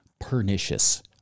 pernicious